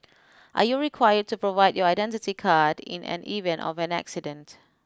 are you required to provide your identity card in an event of an accident